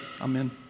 Amen